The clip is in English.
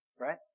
Right